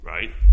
Right